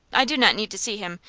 i do not need to see him.